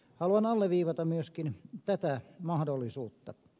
haluan alleviivata myöskin tätä mahdollisuutta